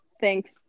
Thanks